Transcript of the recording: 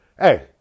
Hey